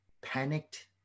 panicked